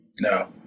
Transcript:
No